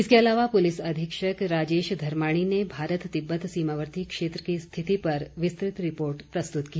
इसके अलावा पुलिस अधीक्षक राजेश धर्माणी ने भारत तिब्बत सीमावर्ती क्षेत्र की स्थिति पर विस्तृत रिपोर्ट प्रस्तुत की